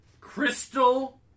Crystal